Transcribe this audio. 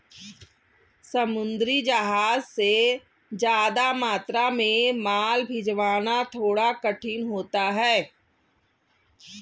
समुद्री जहाज से ज्यादा मात्रा में माल भिजवाना थोड़ा कठिन होता है